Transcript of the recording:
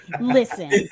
Listen